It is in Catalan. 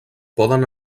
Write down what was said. poden